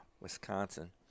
Wisconsin